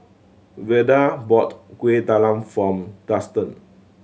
Velda bought Kueh Talam form Dustan